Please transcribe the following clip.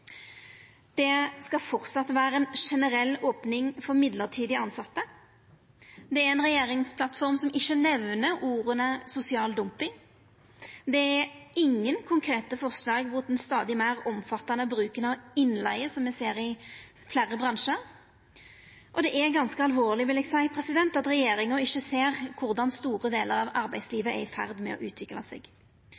Det skal framleis vera ei generell opning for mellombels tilsette. Det er ei regjeringsplattform som ikkje nemner orda «sosial dumping». Det er ingen konkrete forslag mot den stadig meir omfattande bruken av innleige, som me ser i fleire bransjar. Det er ganske alvorleg, vil eg seia, at regjeringa ikkje ser korleis store delar av